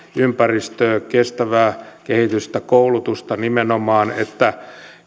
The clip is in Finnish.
ympäristöä kestävää kehitystä koulutusta nimenomaan että